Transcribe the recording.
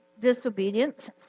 disobedience